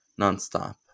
nonstop